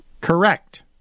Correct